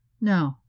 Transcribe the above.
No